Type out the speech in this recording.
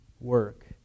work